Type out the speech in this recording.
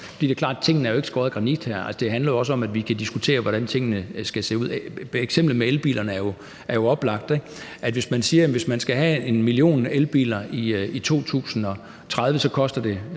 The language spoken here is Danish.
Det er jo klart, at tingene ikke er hugget i granit. Det handler jo også om, at vi kan diskutere, hvordan tingene skal se ud. Eksemplet med elbilerne er jo oplagt, ikke? Hvis man siger, at man skal have en million elbiler i 2030, koster det